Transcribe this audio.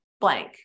blank